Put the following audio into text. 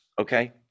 Okay